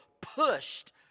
pushed